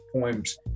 poems